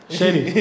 Shady